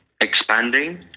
expanding